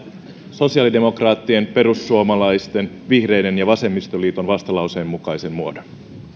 sosiaalidemokraattien perussuomalaisten vihreiden ja vasemmistoliiton vastalauseen mukaisen muodon